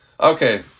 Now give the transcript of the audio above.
Okay